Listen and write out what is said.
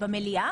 במליאה